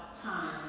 time